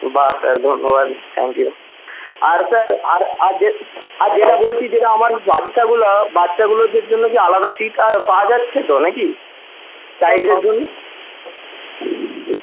বাহ্ স্যার ধন্যবাদ thank you আর স্যার আর আর যে আর যেটা বলছি যেটা আমার বাচ্চাগুলো বাচ্চাগুলোদের জন্য কী আলাদা সীট পাওয়া যাচ্ছে তো নাকি চাইল্ডদের জন্য